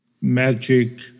magic